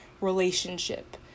relationship